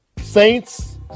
Saints